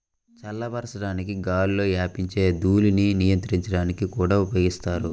చల్లబరచడానికి గాలిలో వ్యాపించే ధూళిని నియంత్రించడానికి కూడా ఉపయోగిస్తారు